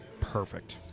perfect